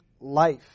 life